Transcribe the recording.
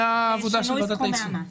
זה שינוי סכומי המס.